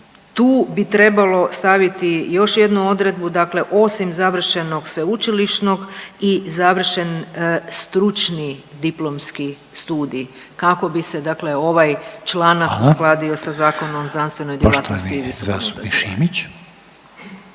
Tu bi trebalo staviti još jednu odredbu, dakle osim završenog sveučilišnog i završen stručni diplomski studij kako bi se, dakle ovaj članak … …/Upadica Reiner: Hvala./… … uskladio sa